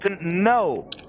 no